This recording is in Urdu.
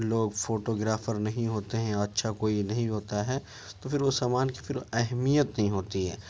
لوگ فوٹو گرافر نہیں ہوتے ہیں اور اچھا کوئی نہیں ہوتا ہے تو پھر وہ سامان کی پھر اہمیت نہیں ہوتی ہے